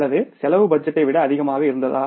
அல்லது செலவு பட்ஜெட்டை விட அதிகமாக இருந்ததா